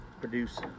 produce